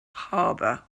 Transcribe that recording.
harbor